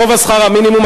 גובה שכר המינימום),